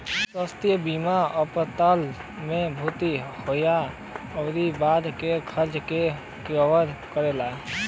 स्वास्थ्य बीमा अस्पताल में भर्ती होये आउर बाद के खर्चा के कवर करला